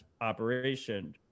operation